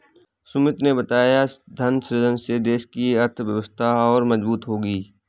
सुमित ने बताया धन सृजन से देश की अर्थव्यवस्था और मजबूत होगी